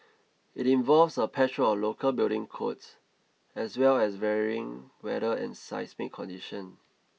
it involves a patchwork of local building codes as well as varying weather and seismic condition